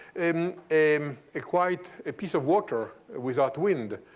um a ah quiet ah piece of water without wind.